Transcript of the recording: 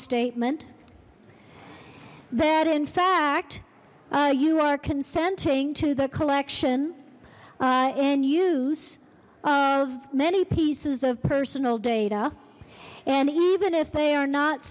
statement that in fact you are consenting to the collection and use of many pieces of personal data and even if they are not